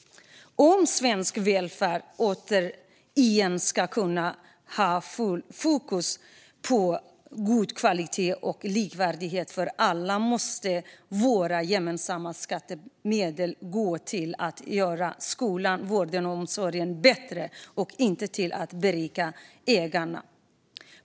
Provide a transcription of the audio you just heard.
Om svensk välfärd återigen ska kunna ha fullt fokus på god kvalitet och likvärdighet för alla måste våra gemensamma skattemedel gå till att göra skolan, vården och omsorgen bättre och inte till att berika ägarna.